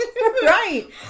right